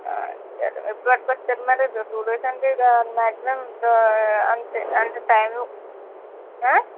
సరే ఎప్పుడు పట్టుకొస్తారు మేడం టూ డేస్ అంటే మాక్సిమం అంటే అంటే టైం